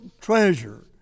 treasure